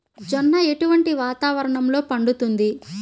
జొన్న ఎటువంటి వాతావరణంలో పండుతుంది?